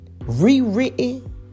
rewritten